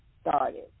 started